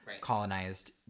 colonized